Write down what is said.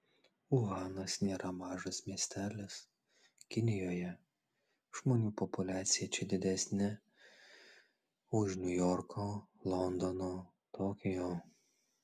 uhanas nėra mažas miestelis kinijoje žmonių populiacija čia didesnė už niujorko londono tokijo